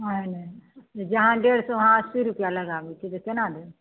हँ जहाँ डेढ़ सए वहाँ अस्सी रुपैआ लगाबै छियै तऽ केना देब